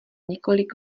několik